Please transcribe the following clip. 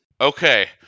okay